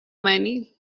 منی